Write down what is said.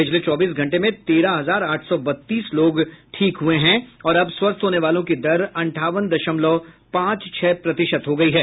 पिछले चौबीस घंटे में तेरह हजार आठ सौ बत्तीस लोग ठीक हुए हैं और अब स्वस्थ होने वालों की दर अंठावन दशमलव पांच छह प्रतिशत हो गई है